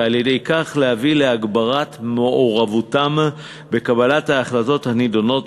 ועל-ידי כך להביא להגברת מעורבותם בקבלת ההחלטות הנדונות